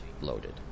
loaded